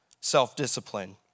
self-discipline